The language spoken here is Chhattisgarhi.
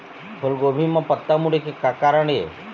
फूलगोभी म पत्ता मुड़े के का कारण ये?